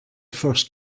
first